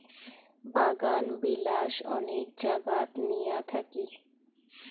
বাগানবিলাস অনেক জাগাত নিয়া থাকি